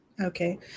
Okay